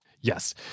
Yes